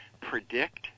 predict